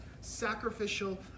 sacrificial